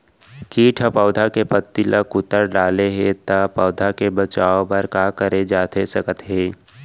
किट ह पौधा के पत्ती का कुतर डाले हे ता पौधा के बचाओ बर का करे जाथे सकत हे?